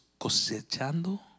cosechando